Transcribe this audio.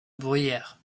bruyères